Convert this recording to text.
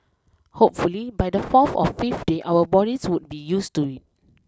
hopefully by the fourth or fifth day our bodies would be used to it